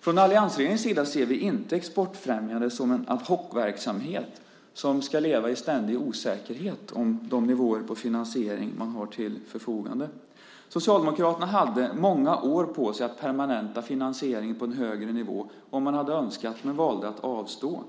Från alliansregeringens sida ser vi inte exportfrämjande som en ad hoc-verksamhet som ska leva i ständig osäkerhet om de nivåer på finansiering man har till förfogande. Socialdemokraterna hade många år på sig att permanenta finansieringen på en högre nivå om man hade önskat, men man valde att avstå.